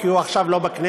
כי הוא עכשיו לא בכנסת,